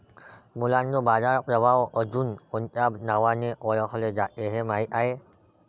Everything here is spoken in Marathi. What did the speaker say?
मुलांनो बाजार प्रभाव अजुन कोणत्या नावाने ओढकले जाते हे माहित आहे?